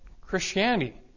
Christianity